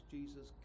Jesus